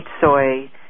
soy